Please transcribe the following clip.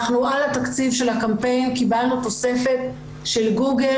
אנחנו על התקציב של הקמפיין קיבלנו תוספת של גוגל